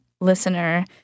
listener